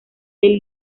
del